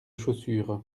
chaussures